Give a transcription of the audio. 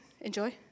enjoy